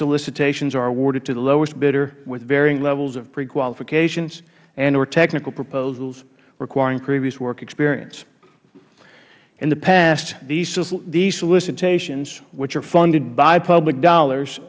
solicitations are awarded to the lowest bidder with varying levels of pre qualifications andor technical proposals requiring previous work experience in the past these solicitations which are funded by public dollars